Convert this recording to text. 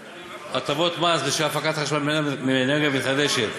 (הטבות מס בשל הפקת חשמל מאנרגיה מתחדשת,